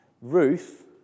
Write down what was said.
Ruth